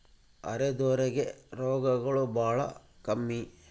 ಅರೆದೋರ್ ಗೆ ರೋಗಗಳು ಬಾಳ ಕಮ್ಮಿ